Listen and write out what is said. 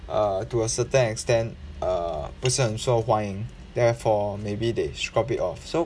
err to a certain extent err 不想受欢迎 therefore maybe they scrub it off so